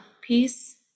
peace